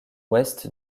ouest